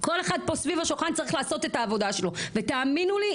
כל אחד פה סביב השולחן צריך לעשות את העבודה שלו ותאמינו לי,